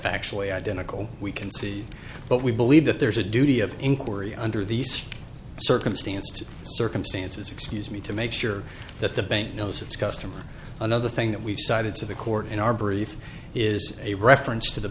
actually identical we can see but we believe that there is a duty of inquiry under these circumstances to circumstances excuse me to make sure that the bank knows its customer another thing that we've cited to the court in our brief is a reference to the